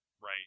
Right